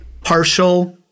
partial